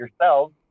yourselves